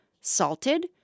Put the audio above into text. salted